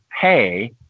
pay